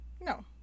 no